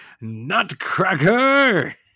nutcracker